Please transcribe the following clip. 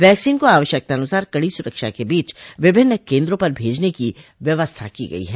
vaccine को आवश्यकतानुसार कड़ी सुरक्षा के बीच विभिन्न केन्द्रों पर भेजने की व्यवस्था की गई है